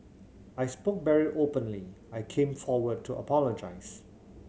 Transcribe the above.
I spoke very openly I came forward to apologise